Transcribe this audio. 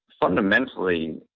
fundamentally